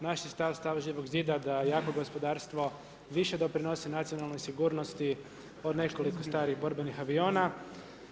Naš je stav, stav Živog zida da jako gospodarstvo više doprinosi nacionalnoj sigurnosti od nekoliko starih borbenih aviona.